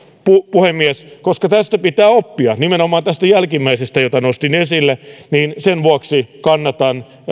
puhemies koska tästä pitää oppia nimenomaan tästä jälkimmäisestä minkä nostin esille niin sen vuoksi kannatan